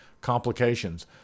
Complications